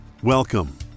Welcome